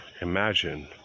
imagine